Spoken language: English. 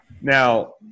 Now